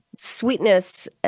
Sweetness